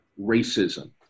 racism